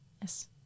Yes